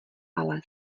ale